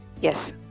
Yes